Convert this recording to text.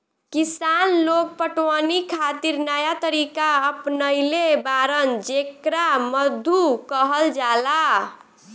किसान लोग पटवनी खातिर नया तरीका अपनइले बाड़न जेकरा मद्दु कहल जाला